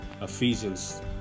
Ephesians